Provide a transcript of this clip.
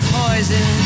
poison